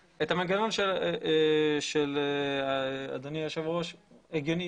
המנגנון שאדוני היושב ראש מציע הוא הגיוני,